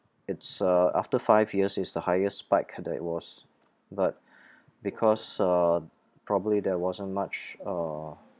it's uh after five years is the highest spike that it was but because uh probably there wasn't much uh